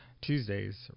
Tuesdays